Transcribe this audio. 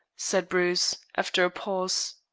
said bruce, after a pause.